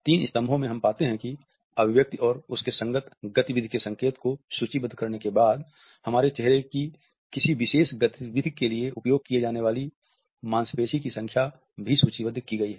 तीन स्तंभों में हम पाते हैं कि अभिव्यक्ति और उसके संगत गति विधि के संकेत को सूचीबद्ध करने के बाद हमारे चेहरे की किसी विशेष गति विधि के लिए उपयोग किए जाने वाली मांसपेशियों की संख्या भी सूचीबद्ध की गई है